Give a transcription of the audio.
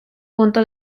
punto